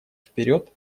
вперед